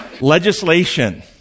Legislation